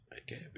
Okay